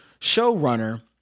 showrunner